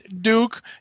Duke